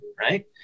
right